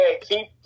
Keep